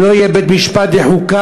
אם לא יהיה בית-משפט לחוקה,